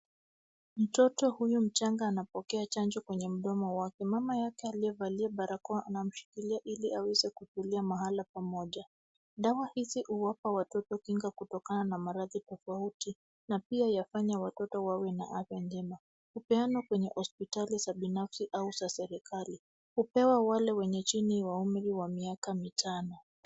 Mtoto huyo mchanga anapokea chanjo kwenye mdomo wake. Mama yake aliyevalia barakoa anamshikilia ili aweze kutulia mahala pamoja. Dawa hizi huwapa watoto kinga kutokana na maradhi tofauti na pia yafanya watoto wawe na afya njema. Hupeanwa kwenye hospitali za binafsi au za serikali. Hupewa wale wenye chini wa umri wa miaka mitano.